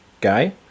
guy